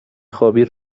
خوابی